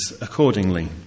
accordingly